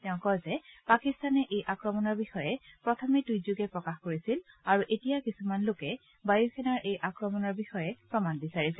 তেওঁ কয় যে পাকিস্তানে এই আক্ৰমণৰ বিষয়ে প্ৰথমে টুইট যোগে প্ৰকাশ কৰিছিল আৰু এতিয়া কিছুমান লোকে বায়ু সেনাৰ এই আক্ৰমণৰ বিষয়ে প্ৰমাণ কৰিছে